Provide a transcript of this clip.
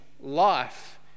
life